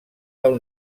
del